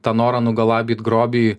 tą norą nugalabyt grobį